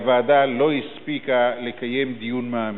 הוועדה לא הספיקה לקיים דיון מעמיק.